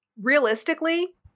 Realistically